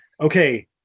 Okay